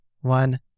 one